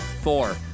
four